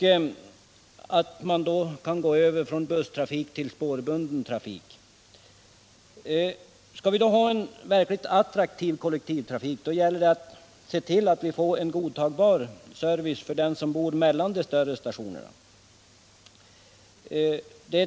Man kan då gå över från busstrafik till spårbunden trafik. SJ har nu framlagt förslag till förändringar på många linjer i landet vilka avses träda i kraft vid tidtabellsskiftet i maj månad.